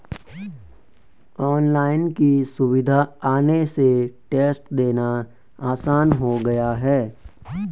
online की सुविधा आने से टेस्ट देना आसान हो गया है